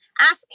ask